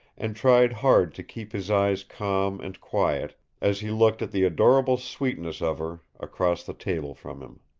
and tried hard to keep his eyes calm and quiet as he looked at the adorable sweetness of her across the table from him.